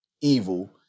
evil